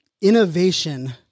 innovation